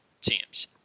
teams